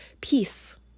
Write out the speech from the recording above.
peace